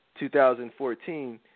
2014